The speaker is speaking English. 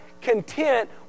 content